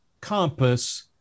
compass